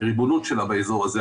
בריבונות שלה באזור הזה.